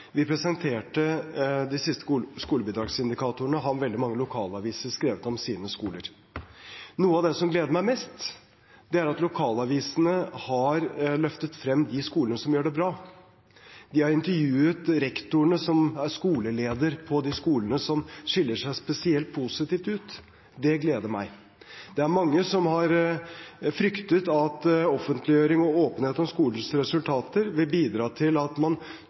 vi presenterte de siste skolebidragsindikatorene, har veldig mange lokalaviser skrevet om sine skoler. Noe av det som gleder meg mest, er at lokalavisene har løftet frem de skolene som gjør det bra. De har intervjuet rektorene som er skoleleder på de skolene som skiller seg spesielt positivt ut. Det gleder meg. Det er mange som har fryktet at offentliggjøring og åpenhet om skolenes resultater vil bidra til at man